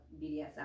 BDSM